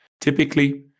Typically